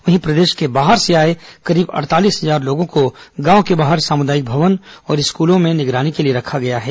वहीं प्रदेश के बाहर से आए करीब अड़तालीस हजार लोगों को गांव के बाहर सामुदायिक भवन और स्कूलों में निगरानी के लिए रखा गया है